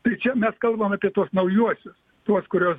tai čia mes kalbam apie tuos naujuosius tuos kuriuos